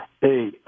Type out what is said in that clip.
Hey